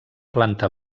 planta